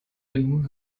den